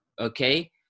okay